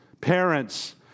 parents